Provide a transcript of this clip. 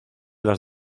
las